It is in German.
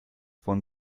von